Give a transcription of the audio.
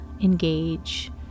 engage